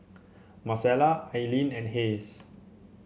Marcela Aileen and Hays